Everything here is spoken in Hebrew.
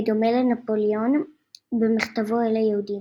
בדומה לנפוליאון במכתבו אל היהודים.